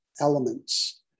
elements